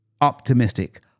optimistic